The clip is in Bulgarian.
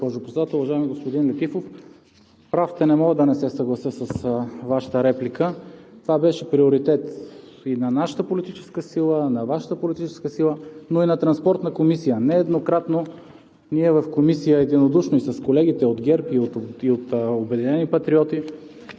Председател. Уважаеми господин Летифов, прав сте, не мога да не се съглася с Вашата реплика Това беше приоритет и на нашата политическа сила, и на Вашата политическа сила, но и на Транспортната комисия. Нееднократно в Комисията единодушно с колегите от ГЕРБ и от „Обединени патриоти“